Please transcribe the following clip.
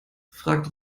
fragt